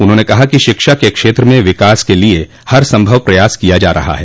उन्होंने कहा है कि शिक्षा के क्षेत्र में विकास के लिये हर संभव प्रयास किया जा रहा है